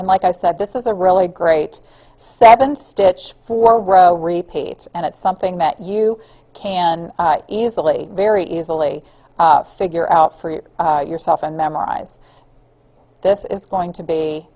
and like i said this is a really great seven stitch for row repeats and it's something that you can easily very easily figure out for yourself and memorize this is going to be